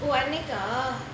oh அன்னைக்கா:annaikkaa